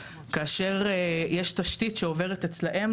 כאשר יש תשתית שעוברת אצלם,